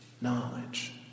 knowledge